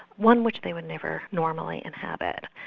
one which they would never normally inhabit,